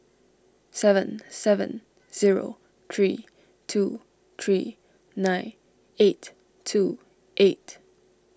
seven seven zero three two three nine eight two eight